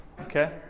Okay